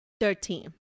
Thirteen